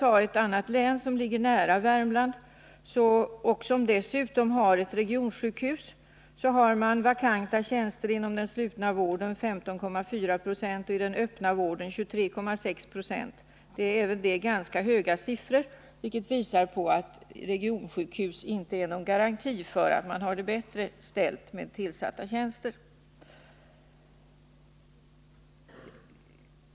För ett annat län, som ligger nära Värmland och som dessutom har ett regionssjukhus, nämligen Örebro län, är siffran för vakanta tjänster inom den slutna vården 15,2 20 och inom den öppna vården 23,6 20. Det är även det ganska höga siffror, vilket visar på att regionssjukhus inte är någon garanti för att man har det bättre ställt med tillsatta tjänster.